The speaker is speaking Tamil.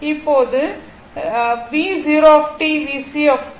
இப்போது V 0 t VCt 80